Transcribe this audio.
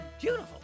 Beautiful